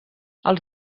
els